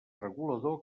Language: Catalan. regulador